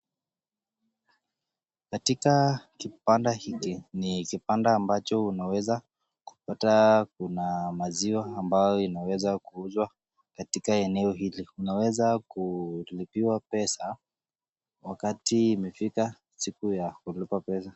Katika kibanda ambacho unaweza kupata kuna maziwa ambayo inaweza kuuzwa katika eneo hili. Unaweza kulipiwa pesa wakati imefika siku ya kulipwa pesa.